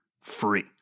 free